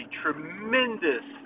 tremendous